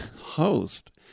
host